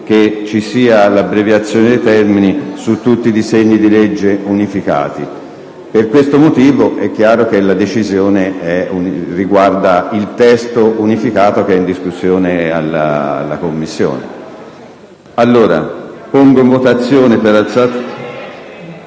ha richiesto l'abbreviazione dei termini su tutti i disegni di legge unificati. Per questo motivo è chiaro che la decisione riguarda il testo unificato in discussione in Commissione.